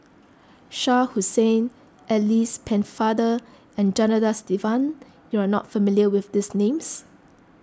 Shah Hussain Alice Pennefather and Janadas Devan you are not familiar with these names